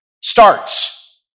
starts